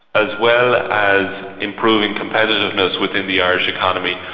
as well as improving competitiveness within the irish economy,